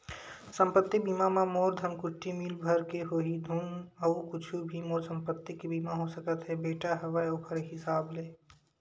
संपत्ति बीमा म मोर धनकुट्टी मील भर के होही धुन अउ कुछु भी मोर संपत्ति के बीमा हो सकत हे बेटा हवय ओखर हिसाब ले?